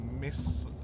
Miss